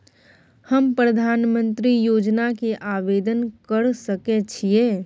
हम प्रधानमंत्री योजना के आवेदन कर सके छीये?